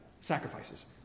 sacrifices